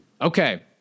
Okay